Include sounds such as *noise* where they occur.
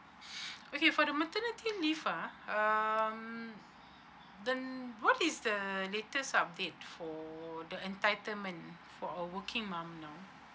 *breath* okay for the maternity leave ah um the what is the latest update for the entitlement for a working mum now